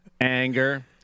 anger